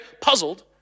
puzzled